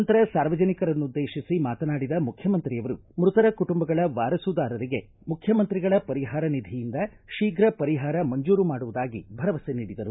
ನಂತರ ಸಾರ್ವಜನಿಕರನ್ನುದ್ದೇಶಿಸಿ ಮಾತನಾಡಿದ ಮುಖ್ಯಮಂತ್ರಿಯವರು ಮೃತರ ಕುಟುಂಬಗಳ ವಾರಸುದಾರರಿಗೆ ಮುಖ್ಚಮಂತ್ರಿಗಳ ಪರಿಹಾರ ನಿಧಿಯಿಂದ ಶೀಘ ಪರಿಹಾರ ಮಂಜೂರು ಮಾಡುವುದಾಗಿ ಭರವಸೆ ನೀಡಿದರು